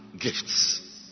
gifts